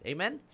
Amen